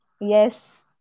Yes